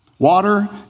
Water